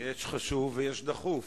יש חשוב ויש דחוף.